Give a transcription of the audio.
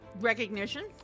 recognition